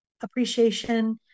appreciation